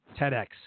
TEDx